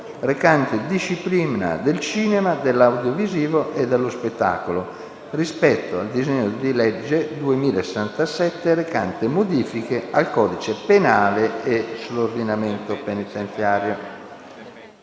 recante disciplina del cinema, dell'audiovisivo e dello spettacolo, rispetto al disegno di legge n. 2067, recante modifiche al codice penale e all'ordinamento penitenziario.